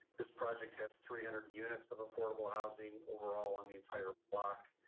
this project has three hundred units of affordable housing overall on the entire block.